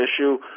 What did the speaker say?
issue